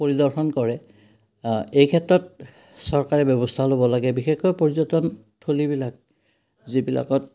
পৰিদৰ্শন কৰে এই ক্ষেত্ৰত চৰকাৰে ব্যৱস্থা ল'ব লাগে বিশেষকৈ পৰ্যটন থলীবিলাক যিবিলাকত